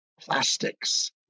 Plastics